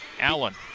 Allen